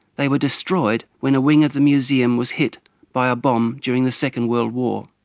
they were destroyed when a wing of the museum was hit by a bomb during the second world war.